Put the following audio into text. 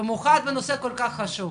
במיוחד בנושא כל כך חשוב.